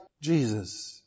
Jesus